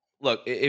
Look